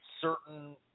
certain